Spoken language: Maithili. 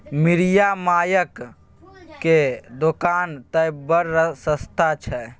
मिरिया मायक दोकान तए बड़ सस्ता छै